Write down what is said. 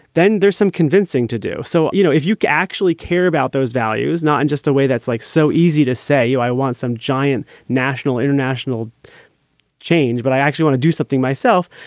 then there's some convincing to do. so, you know, if you actually care about those values, not in just a way that's like so easy to say. you i want some giant national international change, but i actually wanna do something myself.